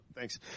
Thanks